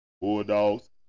Bulldogs